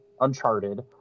uncharted